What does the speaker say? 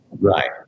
Right